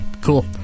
Cool